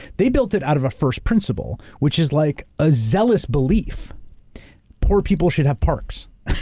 they built it out of a first principle, which is like a zealous belief poor people should have parks.